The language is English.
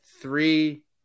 Three